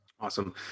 Awesome